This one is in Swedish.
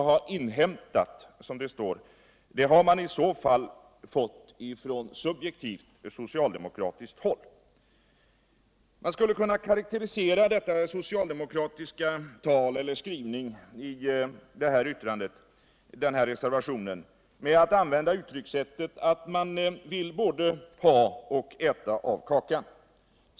Man skulle för befintlig bebygkunna karakterisera den socialdemokratiska skrivningen i reservationen genom alt använda uttryckssättet att man inte både kan ha kvar kakan och äta upp den.